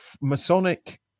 Masonic